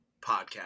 podcast